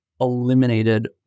eliminated